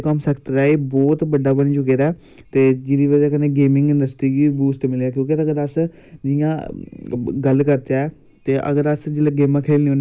बच्चा एह्दे नाल डिप्रैशन च बी नेंई जंदा जेह्ड़ी क्योंकि गेमस ऐंड़ स्पोटस जेह्ड़ी उं'दा बच्चा लग्गी रौंह्दा जेह्ड़ी बी कोई गेम बच्चे ने हस्सी हस्सी खेढ़नी ओह् गेम